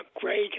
great